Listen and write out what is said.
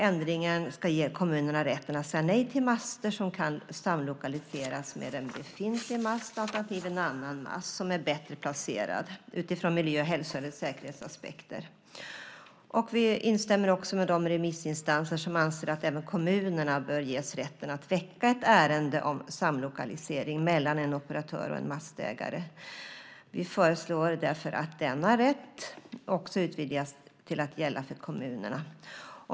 Ändringen ska ge kommunerna rätten att säga nej till master som kan samlokaliseras med en befintlig mast, alternativt en annan mast som är bättre placerad utifrån miljö-, hälso eller säkerhetsaspekter. Vi instämmer också med de remissinstanser som anser att även kommunerna bör ges rätten att väcka ett ärende om samlokalisering mellan en operatör och en mastägare. Vi föreslår därför att denna rätt utvidgas till att också gälla för kommunerna.